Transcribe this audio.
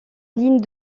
ligne